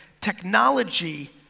Technology